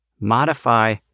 Modify